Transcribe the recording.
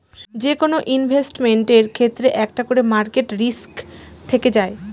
যেকোনো ইনভেস্টমেন্টের ক্ষেত্রে একটা করে মার্কেট রিস্ক থেকে যায়